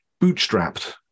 bootstrapped